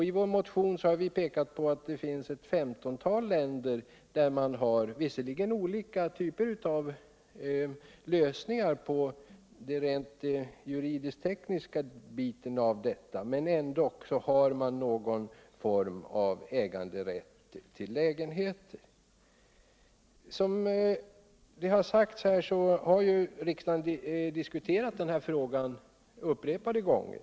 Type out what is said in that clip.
I vår motion har vi pekat på att det finns ett 15-tal länder, där man visserligen har olika typer av lösningar på den rent juridisk-tekniska biten av detta men där man ändå har någon form av äganderätt till lägenheten. Riksdagen har ju diskuterat denna fråga upprepade gånger.